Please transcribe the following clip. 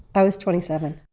i was twenty seven.